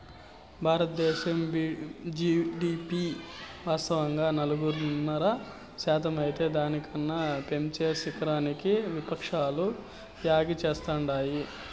బారద్దేశం జీడీపి వాస్తవంగా నాలుగున్నర శాతమైతే దాని కన్నా పెంచేసినారని విపక్షాలు యాగీ చేస్తాండాయి